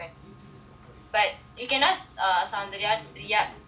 but you can ask right